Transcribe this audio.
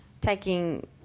taking